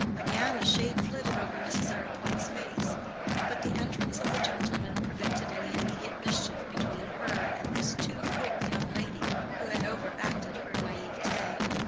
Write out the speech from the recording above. again a shade flitted over mrs. arrowpoint's face but the entrance of the gentlemen prevented any immediate mischief between her and this too quick young lady, who had over-acted her naivete.